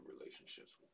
relationships